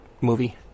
movie